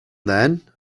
then